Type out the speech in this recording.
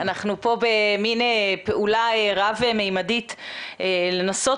אנחנו פה במין פעולה רב ממדית לנסות